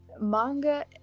manga